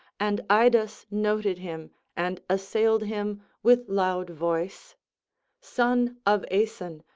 and idas noted him and assailed him with loud voice son of aeson,